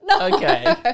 Okay